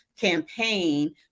campaign